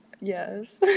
Yes